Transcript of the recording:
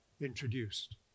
introduced